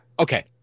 Okay